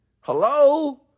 Hello